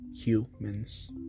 Humans